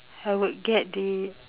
I would get the